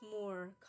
more